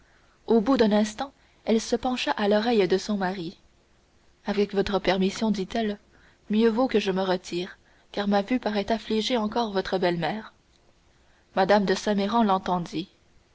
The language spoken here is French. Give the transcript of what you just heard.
au bout d'un instant elle se pencha à l'oreille de son mari avec votre permission dit-elle mieux vaut que je me retire car ma vue paraît affliger encore votre belle-mère mme de saint méran l'entendit